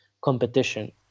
competition